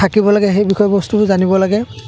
থাকিব লাগে সেই বিষয় বস্তুটো জানিব লাগে